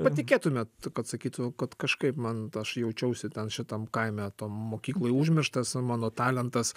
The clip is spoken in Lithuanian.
patikėtumėt kad sakytų kad kažkaip man aš jaučiausi ten šitam kaime tam mokykloj užmirštas mano talentas